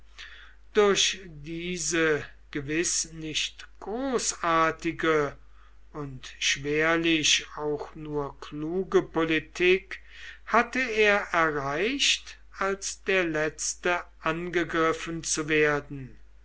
durch diese gewiß nicht großartige und schwerlich auch nur kluge politik hatte er erreicht als der letzte angegriffen zu werden